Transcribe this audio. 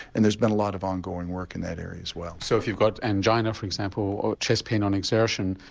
and there's been a lot of ongoing work in that area as well. so if you've got angina for example, or chest pain on exertion,